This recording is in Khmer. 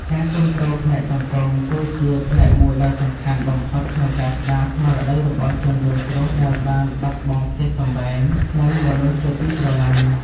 ការគាំទ្រផ្នែកសង្គម គឺជាផ្នែកមួយដ៏សំខាន់បំផុតក្នុងការស្តារស្មារតីរបស់ជនរងគ្រោះដែលបានបាត់បង់ផ្ទះសម្បែង និងមនុស្សជាទីស្រឡាញ់។